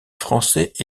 français